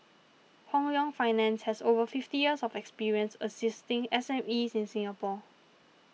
Hong Leong Finance has over fifty years of experience assisting S M Es in Singapore